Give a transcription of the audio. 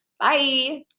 Bye